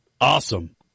awesome